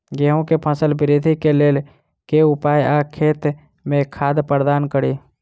गेंहूँ केँ फसल वृद्धि केँ लेल केँ उपाय आ खेत मे खाद प्रदान कड़ी?